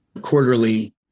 quarterly